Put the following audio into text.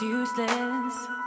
useless